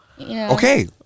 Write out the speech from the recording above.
Okay